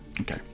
Okay